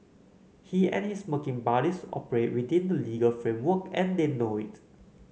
he and his smirking buddies operate within the legal framework and they know it